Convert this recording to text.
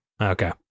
Okay